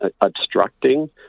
obstructing